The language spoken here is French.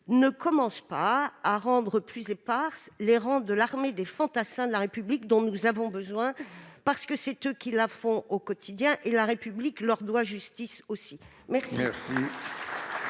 ne commence pas à rendre plus épars les rangs de l'armée des fantassins de la République dont nous avons besoin- ce sont eux qui la font au quotidien et elle leur doit justice ! La parole